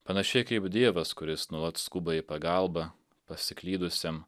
panašiai kaip dievas kuris nuolat skuba į pagalbą pasiklydusiem